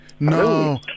No